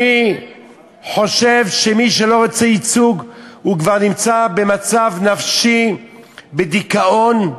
אני חושב שמי שלא רוצה ייצוג כבר נמצא במצב נפשי של דיכאון,